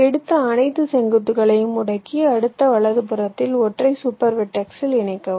எடுத்த அனைத்து செங்குத்துகளையும் முடக்கி அடுத்த வலதுபுறத்தில் ஒற்றை சூப்பர் வெர்டெக்ஸில் இணைக்கவும்